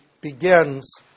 begins